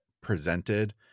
presented